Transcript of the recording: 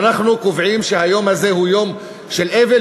ואנחנו קובעים שהיום הזה הוא יום של אבל,